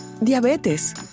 diabetes